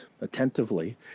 attentively